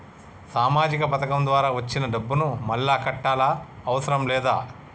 సామాజిక పథకం ద్వారా వచ్చిన డబ్బును మళ్ళా కట్టాలా అవసరం లేదా?